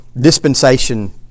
dispensation